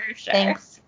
thanks